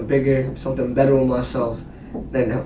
bigger, something better on myself then,